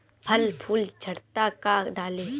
फल फूल झड़ता का डाली?